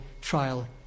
trial